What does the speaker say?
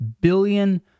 billion